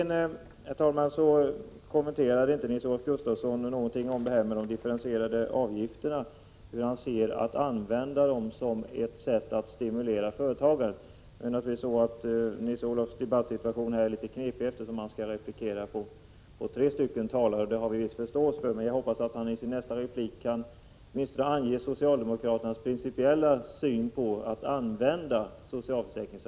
Nils-Olof Gustafsson svarade inte på om han kan tänka sig differentierade socialförsäkringsavgifter som ett sätt att stimulera företagandet. Jag har förståelse för att hans debattsituation är litet knepig, eftersom han skall replikera tre talare, men jag hoppas att han i sin nästa replik åtminstone kan ange socialdemokraternas principiella syn i den frågan.